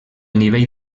nivell